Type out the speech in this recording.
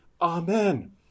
amen